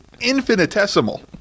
infinitesimal